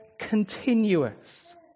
continuous